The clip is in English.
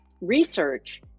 research